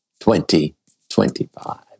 2025